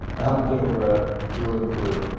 i'm democrat through and through.